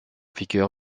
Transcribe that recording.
vigueur